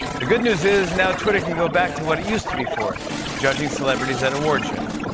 the good news is now twitter can go back to what it used to be for judging celebrities at award shows.